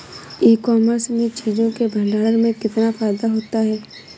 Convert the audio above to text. ई commerce में चीज़ों के भंडारण में कितना फायदा होता है?